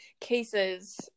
cases